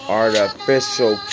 artificial